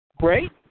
great